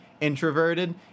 introverted